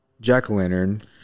jack-o'-lantern